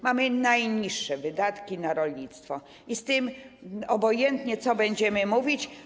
Mamy najniższe wydatki na rolnictwo, obojętnie, co będziemy mówić.